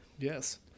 Yes